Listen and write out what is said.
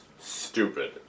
stupid